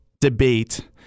debate